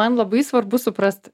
man labai svarbu suprast